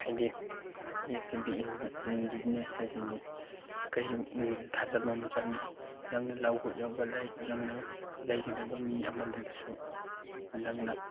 ꯍꯥꯏꯗꯤ you have to be in in business ꯍꯥꯏꯁꯤꯗꯤ ꯀꯩ ꯊꯥꯖꯕ ꯑꯃ ꯆꯪꯉꯤ ꯅꯪꯅ ꯂꯧꯒꯗꯕ ꯂꯥꯏꯛ ꯅꯪꯅ ꯂꯩꯒꯗꯕ ꯃꯤ ꯑꯃꯗꯁꯨ ꯅꯪꯅ